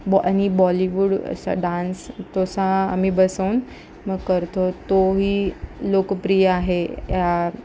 बॉ आणि बॉलीवूड असा डान्स तो असा आम्ही बसवून मग करतो तोही लोकप्रिय आहे या